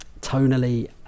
tonally